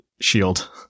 shield